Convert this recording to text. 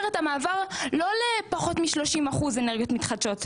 את המעבר לא לפחות מ-30% אנרגיות מתחדשות.